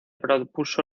propuso